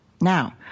Now